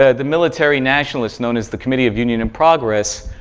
ah the military nationalists, known as the committee of union and progress,